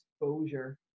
exposure